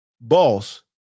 boss